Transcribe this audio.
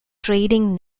trading